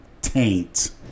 Taint